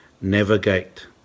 navigate